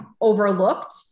overlooked